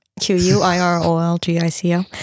Q-U-I-R-O-L-G-I-C-O